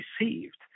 received